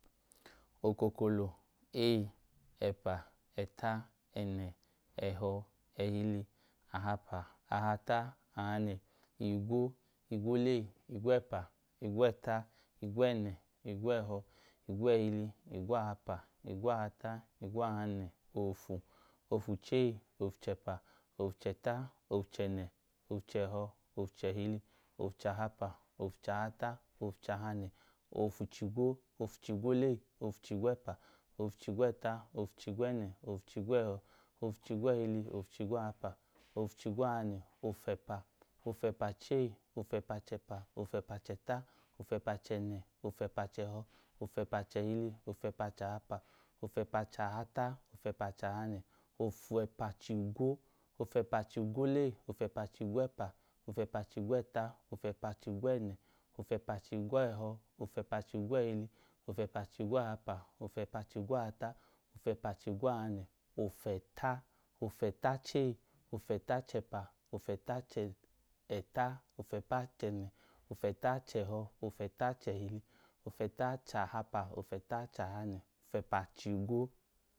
Okokolo, ei ẹpa ẹta ẹnẹ ẹhọ ẹhili ahapa ahata ahanẹ igwo igwolei igwẹpa igwẹẹnẹ igwẹẹhọ igwẹẹhili igwahapa igwahata igwahane, ofu ofuchei ofuchẹpa ofuchẹta ofchẹnẹ ofchẹhọẹ ofchẹhili ofchahapa ofchahata ofchahanẹ ofchigwo ofchigwolei ofchigwẹpa ofchigwẹẹta ofchigwẹẹnẹ ofchigwẹẹhọ ofchigwẹẹhi ofchigwahapa ofchigwahata ofchigwahanẹ ofepa ofẹpachẹta ofẹpa chẹnẹ ofẹpa chẹhọ ofẹpa chẹhili ofẹpa chahapa ofẹpa chahata ofẹpachanẹ ofẹpachigwo ofẹpachigwwolei ofẹpachigwẹpa ofẹpachigwẹẹta ofẹpachigwẹẹnẹ ofẹpachigwẹhọ ofẹpachigwẹẹhili ofẹpachigwaahapa ofẹpachigwaahata ofẹpachigwahanẹ ofẹta ofẹtachei ofẹtachẹpa ofẹtachẹta ofẹtachẹnẹ ofẹtachẹhọ ofẹtachẹhili ofẹtachahapa ofẹtachahata